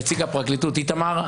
נציג הפרקליטות איתמר,